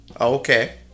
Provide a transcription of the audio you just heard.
Okay